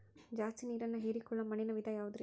ಜಾಸ್ತಿ ನೇರನ್ನ ಹೇರಿಕೊಳ್ಳೊ ಮಣ್ಣಿನ ವಿಧ ಯಾವುದುರಿ?